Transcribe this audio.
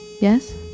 Yes